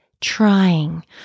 trying